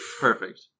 Perfect